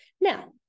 Now